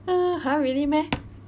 !huh! really meh